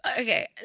okay